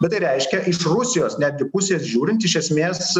bet tai reiškia iš rusijos netgi pusės žiūrint iš esmės